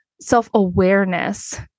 self-awareness